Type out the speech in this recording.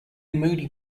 moody